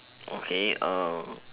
okay uh